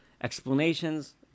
explanations